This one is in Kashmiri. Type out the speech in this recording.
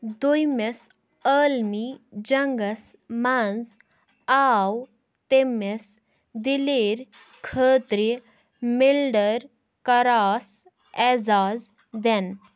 دوٚیمِس عالمی جنٛگس منٛز، آو تٔمِس دِلیر خٲطرِ مِلٹرٛی کرٛاس اعزاز دِنہٕ